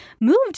moved